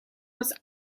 was